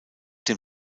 dem